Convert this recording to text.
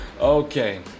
Okay